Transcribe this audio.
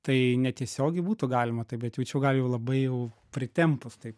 tai netiesiogiai būtų galima taip bet jau čia gal jau labai jau pritempus taip